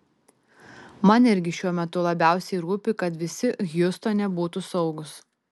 man irgi šiuo metu labiausiai rūpi kad visi hjustone būtų saugūs